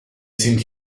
sind